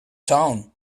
town